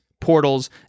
portals